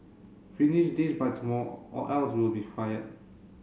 finish this by tomorrow or else you'll be fired